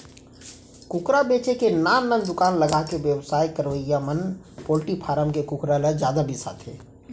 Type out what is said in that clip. कुकरा बेचे के नान नान दुकान लगाके बेवसाय करवइया मन पोल्टी फारम के कुकरा ल जादा बिसाथें